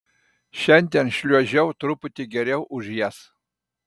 šiandien šliuožiau truputį geriau už jas